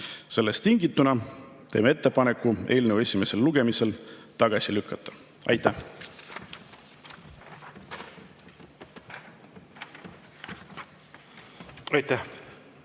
Sellest tingituna teeme ettepaneku eelnõu esimesel lugemisel tagasi lükata. Nii.